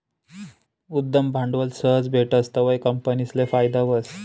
उद्यम भांडवल सहज भेटस तवंय कंपनीसले फायदा व्हस